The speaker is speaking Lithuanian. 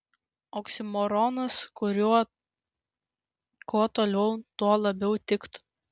oksimoronas kuriuo kuo toliau tuo labiau tikiu